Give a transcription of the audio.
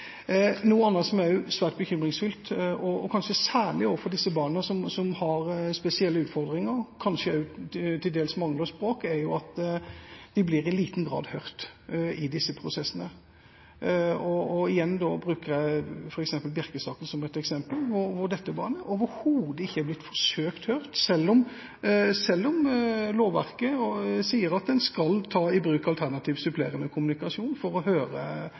Noe annet som er svært bekymringsfullt, kanskje særlig overfor disse barna som har spesielle utfordringer, og som kanskje også til dels mangler språk, er jo at de i liten grad blir hørt i disse prosessene. Igjen bruker jeg Bjerke-saken som eksempel, der barnet overhodet ikke er blitt forsøkt hørt selv om lovverket sier at en skal ta i bruk alternativ, supplerende kommunikasjon for å høre